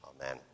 Amen